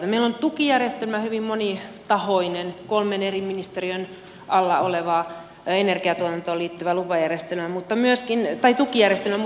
meillä on tukijärjestelmä hyvin monitahoinen kolmen eri ministeriön alla oleva energiatuotantoon liittyvä tukijärjestelmä mutta myöskin lupajärjestelmä